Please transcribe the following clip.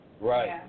Right